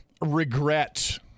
Regret